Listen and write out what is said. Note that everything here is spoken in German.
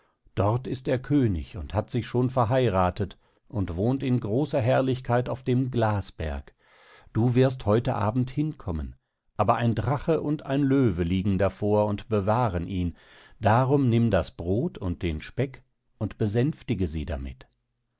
dort ist er könig und hat sich schon verheirathet und wohnt in großer herrlichkeit auf dem glasberg du wirst heut abend hinkommen aber ein drache und ein löwe liegen davor und bewahren ihn darum nimm das brod und den speck und besänftige sie damit